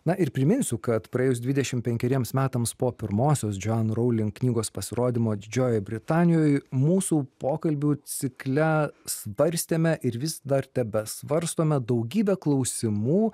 na ir priminsiu kad praėjus dvidešim penkeriems metams po pirmosios joanne rowling knygos pasirodymo didžiojoj britanijoj mūsų pokalbių cikle svarstėme ir vis dar tebesvarstome daugybę klausimų